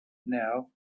now